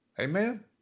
Amen